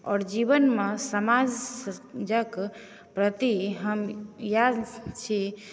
आओर जीवनमे समाजक प्रति हम इएह छी